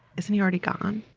isn't he already gone.